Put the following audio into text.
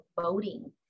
voting